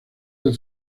del